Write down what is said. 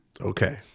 okay